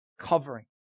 Covering